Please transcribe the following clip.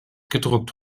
gedruckt